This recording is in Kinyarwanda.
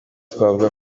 twavuga